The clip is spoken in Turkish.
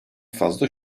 fazla